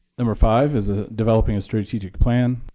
number five is ah developing a strategic plan.